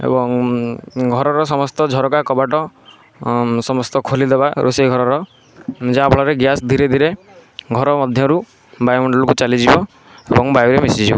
ଏବଂ ଘରର ସମସ୍ତ ଝରକା କବାଟ ସମସ୍ତ ଖୋଲିଦେବା ରୋଷେଇ ଘରର ଯାହାଫଳରେ ଗ୍ୟାସ ଧୀରେ ଧୀରେ ଘର ମଧ୍ୟରୁ ବାୟୁ ମଣ୍ଡଳକୁ ଚାଲିଯିବ ଏବଂ ବାୟୁରେ ମିଶିଯିବ